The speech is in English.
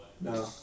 No